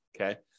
Okay